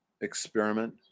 experiment